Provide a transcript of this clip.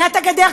בניית הגדר,